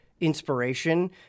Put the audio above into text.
inspiration